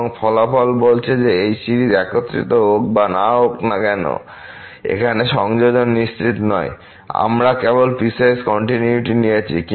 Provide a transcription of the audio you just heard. এবং ফলাফল বলছে যে এই সিরিজ একত্রিত হোক বা না হোক না কেন এখানে সংযোজন নিশ্চিত নয় আমরা কেবল পিসওয়াইস কন্টিনিউয়িটি নিয়েছি